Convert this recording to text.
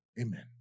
Amen